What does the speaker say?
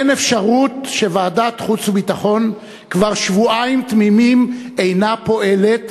אין אפשרות שוועדת חוץ וביטחון כבר שבועיים תמימים אינה פועלת